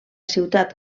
ciutat